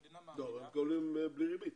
הם קונים בלי ריבית.